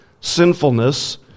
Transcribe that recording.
sinfulness